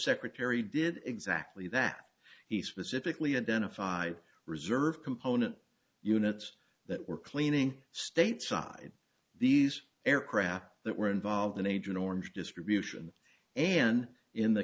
secretary did exactly that he specifically identify reserve component units that were cleaning stateside these aircraft that were involved in agent orange distribution and in the